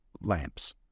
lamps